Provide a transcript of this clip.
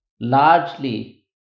largely